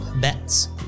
bets